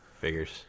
Figures